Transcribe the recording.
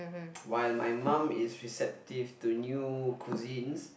while my mum is receptive to new cuisines